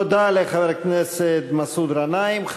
תודה לחבר הכנסת מסעוד גנאים.